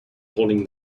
holding